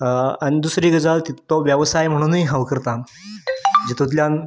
आनी दुसरी गजाल तो वेवसाय म्हणूनय हांव करतां जितूंतल्यान